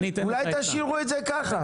אולי תשאירו את זה ככה.